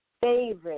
favorite